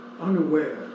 unaware